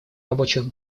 рабочих